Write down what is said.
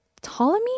Ptolemy